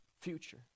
future